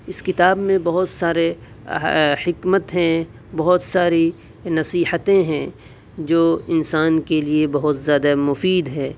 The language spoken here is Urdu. اس کتاب میں بہت سارے حکمت ہیں بہت ساری نصیحتیں ہیں جو انسان کے لیے بہت زیادہ مفید ہے